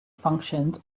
functions